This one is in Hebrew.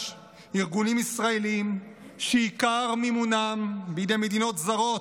ארגונים ישראליים שעיקר מימונם בידי מדינות זרות,